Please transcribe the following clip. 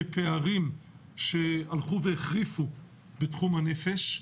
בפערים שהלכו והחריפו בתחום הנפש,